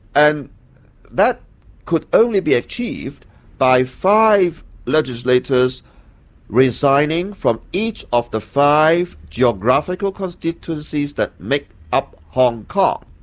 and that could only be achieved by five legislators resigning from each of the five geographical constituencies that make up hong kong.